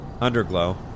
underglow